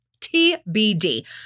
TBD